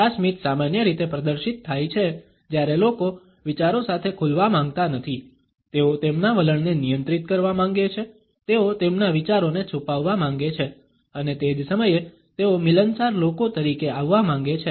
આ સ્મિત સામાન્ય રીતે પ્રદર્શિત થાય છે જ્યારે લોકો વિચારો સાથે ખુલવા માંગતા નથી તેઓ તેમના વલણને નિયંત્રિત કરવા માંગે છે તેઓ તેમના વિચારોને છુપાવવા માંગે છે અને તે જ સમયે તેઓ મિલનસાર લોકો તરીકે આવવા માંગે છે